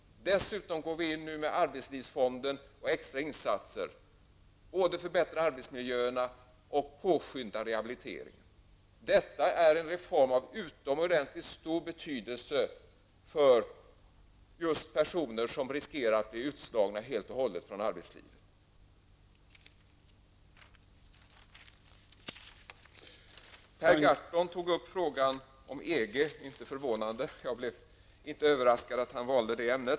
Dessutom går vi nu in med arbetslivsfonden och extra insatser. Vi förbättrar arbetsmiljöerna och påskyndar rehabiliteringen. Detta är en reform av utomordentligt stor betydelse för just personer som riskerar att helt och hållet bli utslagna i arbetslivet. Per Gahrton tog upp frågan om EG. Jag blev inte överraskad av att han valde detta ämne.